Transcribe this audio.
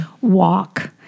walk